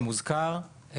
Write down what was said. זה מוזכר.